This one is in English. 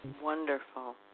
Wonderful